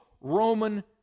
Roman